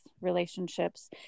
relationships